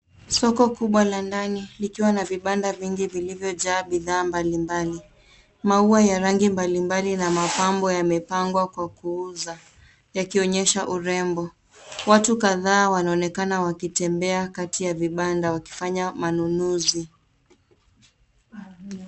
Soko kubwa la ndani likiwa na vibanda vingi vilivyojaa bidhaa mbalimbali. Maua ya rangi mbalimbali na mapambo yamepangwa kwa kuuza yakionyesha urembo. Watu kadhaa wanaonekana wakitembea kati ya vibanda wakifanya manunuzi.